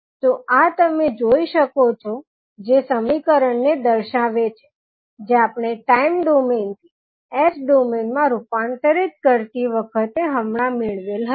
તો આ તમે જોઇ શકો છો જે સમીકરણને દર્શાવે છે જે આપણે ટાઈમ ડોમેઇન થી S ડોમેઇન માં રૂપાંતરિત કરતી વખતે હમણા મેળવેલ હતું